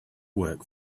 work